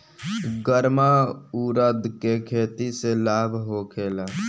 गर्मा उरद के खेती से लाभ होखे ला?